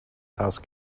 house